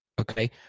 Okay